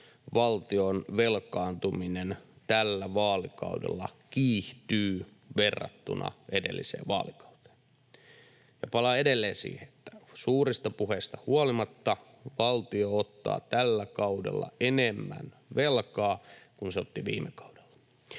valtion velkaantuminen tällä vaalikaudella kiihtyy verrattuna edelliseen vaalikauteen. Ja palaan edelleen siihen, että suurista puheista huolimatta valtio ottaa tällä kaudella enemmän velkaa kuin se otti viime kaudella.